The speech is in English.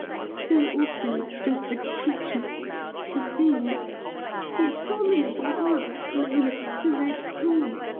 so, also, does the creature the thing the abominable horror known as the red crawl